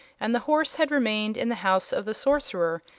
and the horse had remained in the house of the sorcerer,